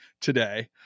today